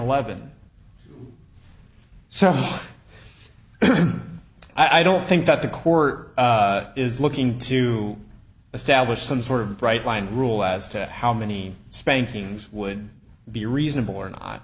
eleven so i don't think that the court is looking to establish some sort of bright line rule as to how many spankings would be reasonable or not